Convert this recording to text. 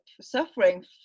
suffering